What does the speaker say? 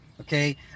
okay